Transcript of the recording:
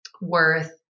worth